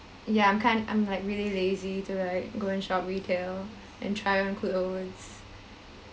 ya I'm kind I'm like really lazy to like go and shop retail and try on clothes